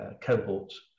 cohorts